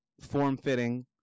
form-fitting